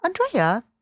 Andrea